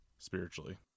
Spiritually